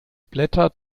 blätter